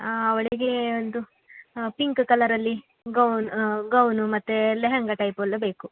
ಅವಳಿಗೆ ಒಂದು ಪಿಂಕ್ ಕಲರಲ್ಲಿ ಗೌನ್ ಗೌನು ಮತ್ತು ಲೆಹಂಗಾ ಟೈಪೆಲ್ಲ ಬೇಕು